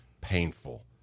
painful